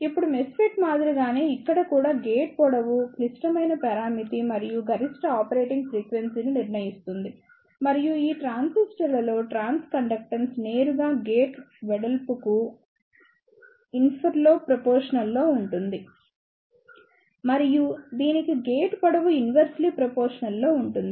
ఇప్పుడు MESFET మాదిరిగానే ఇక్కడ కూడా గేట్ పొడవు క్లిష్టమైన పారామితి మరియు ఇది గరిష్ట ఆపరేటింగ్ ఫ్రీక్వెన్సీని నిర్ణయిస్తుంది మరియు ఈ ట్రాన్సిస్టర్లలో ట్రాన్స్కండక్టెన్స్ నేరుగా గేట్ వెడల్పుకు ఇన్వర్స్లీ ప్రపోషనల్ లో ఉంటుంది మరియు దీనికి గేట్ పొడవు ఇన్వర్స్లీ ప్రపోషనల్ లో ఉంటుంది